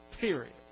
Period